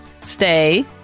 stay